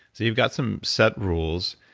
you've got some set rules.